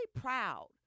proud